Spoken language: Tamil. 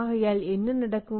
ஆகையால் என்ன நடக்கும்